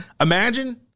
Imagine